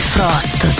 Frost